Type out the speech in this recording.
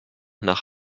nach